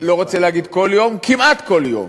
לא רוצה להגיד כל יום, כמעט כל יום,